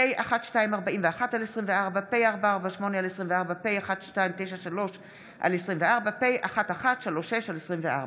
פ/1241/24, פ/448/24, פ/1293/24 ו-פ/1136/24,